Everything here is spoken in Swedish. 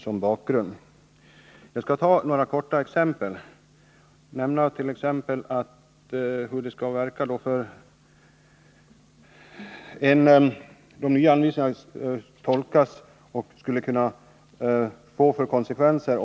Låt mig nämna några exempel på vilka konsekvenser det skulle få om de nya anvisningarna tolkades på ett som jag tycker oriktigt sätt.